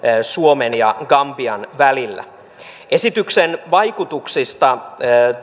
suomen ja gambian välillä esityksen vaikutuksista